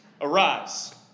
Arise